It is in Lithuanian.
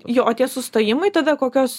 jo o tie sustojimai tada kokios